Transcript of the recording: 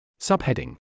Subheading